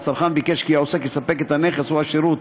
והצרכן ביקש כי העוסק יספק את הנכס או השירות